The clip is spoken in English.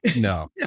No